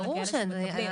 ברור שאין,